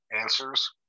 answers